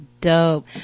Dope